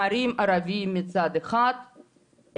כפרים ערביים מצד אחד,